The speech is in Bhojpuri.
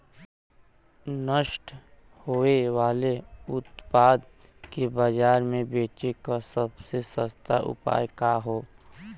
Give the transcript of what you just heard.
नष्ट होवे वाले उतपाद के बाजार में बेचे क सबसे अच्छा उपाय का हो?